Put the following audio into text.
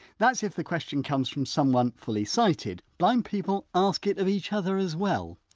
that's if the question comes from someone fully sighted, blind people ask it of each other as well,